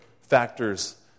factors